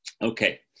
Okay